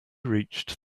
reached